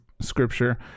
scripture